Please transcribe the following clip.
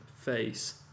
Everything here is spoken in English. face